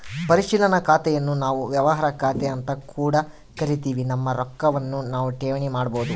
ಪರಿಶೀಲನಾ ಖಾತೆನ್ನು ನಾವು ವ್ಯವಹಾರ ಖಾತೆಅಂತ ಕೂಡ ಕರಿತಿವಿ, ನಮ್ಮ ರೊಕ್ವನ್ನು ನಾವು ಠೇವಣಿ ಮಾಡಬೋದು